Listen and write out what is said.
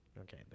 Okay